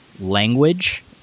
language